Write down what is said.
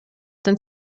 den